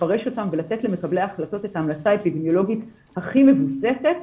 לפרש אותם ולתת למקבלי ההחלטות את ההמלצה האפידמיולוגית הכי מבוססת,